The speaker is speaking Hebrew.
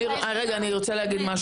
זה לא לעניין.